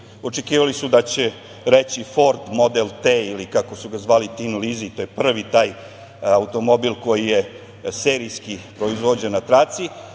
očekivali da će reći Ford model „T“ ili kako su ga Tin Lizi, to je prvi taj automobil koji je serijski proizvođen na traci,